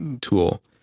tool